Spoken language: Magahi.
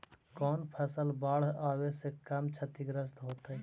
कौन फसल बाढ़ आवे से कम छतिग्रस्त होतइ?